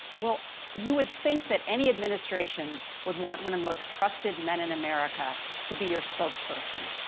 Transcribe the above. well, you would think that any administration would want one of the most trusted men in america to be your spokesperson,